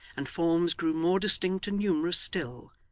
and forms grew more distinct and numerous still,